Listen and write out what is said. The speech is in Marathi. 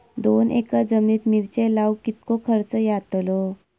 दोन एकर जमिनीत मिरचे लाऊक कितको खर्च यातलो?